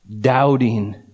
Doubting